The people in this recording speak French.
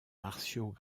martiaux